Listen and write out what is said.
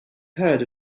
heard